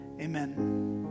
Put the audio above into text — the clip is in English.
amen